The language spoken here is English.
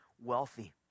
wealthy